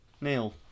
Neil